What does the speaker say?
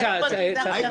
בבקשה, צחי.